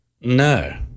No